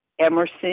Emerson